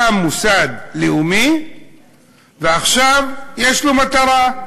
קם מוסד לאומי ועכשיו יש לו מטרה: